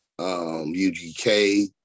UGK